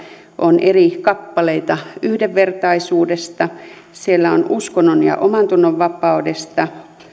on eri kappaleita yhdenvertaisuudesta siellä on uskonnon ja omantunnonvapaudesta